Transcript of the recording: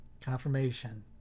Confirmation